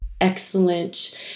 excellent